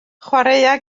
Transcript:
chwaraea